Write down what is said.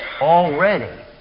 already